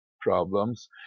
problems